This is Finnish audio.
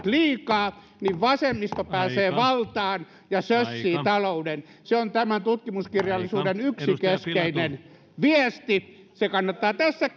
liikaa niin vasemmisto pääsee valtaan ja sössii talouden se on tämän tutkimuskirjallisuuden yksi keskeinen viesti se kannattaa tässä